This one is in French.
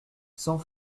sans